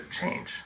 change